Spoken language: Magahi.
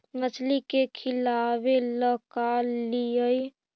मछली के खिलाबे ल का लिअइ?